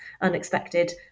unexpected